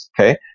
Okay